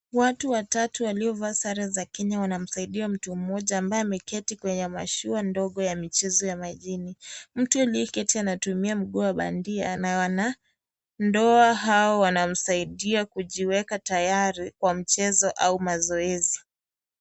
Watu watatu waliovaa sare za Kenya wanamsaida mtu mmoja ambaye ameketi kwenye mashua ndogo ya michezo ya majini. Mtu aliyeketi anatumia mguu wa bandia na wanandoa hao wanamsaidia kujiweka tayari kwa mchezo au mazoezi.